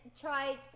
try